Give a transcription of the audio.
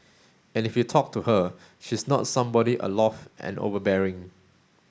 and if you talk to her she's not somebody and overbearing